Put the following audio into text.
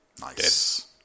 Nice